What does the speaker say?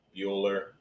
Bueller